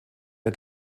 der